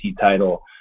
title